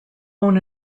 own